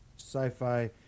sci-fi